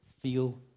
feel